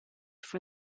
for